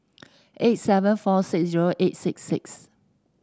eight seven four six zero eight six six